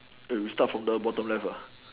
eh we start from the bottom left ah